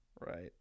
Right